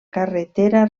carretera